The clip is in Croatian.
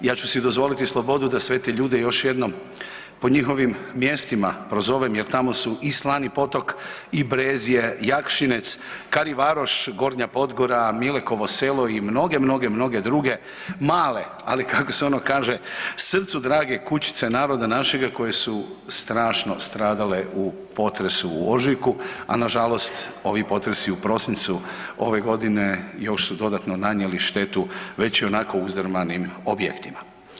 Ja ću si dozvoliti slobodu da sve te ljude još jednom po njihovim mjestima prozovem, jer tamo su i Slani potok i Brezje, Jakšinec, Karivaroš, Gornja Podgora, Milekovo selo i mnoge, mnoge druge male ali kako se ono kaže srcu drage kućice naroda našega koje su strašno stradale u potresu u ožujku, a na žalost ovi potresi u prosincu ove godine još su dodatno nanijeli štetu već i onako uzdrmanim objektima.